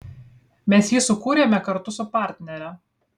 mes jį sukūrėme kartu su partnere